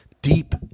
deep